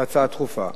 זו הצעה דחופה.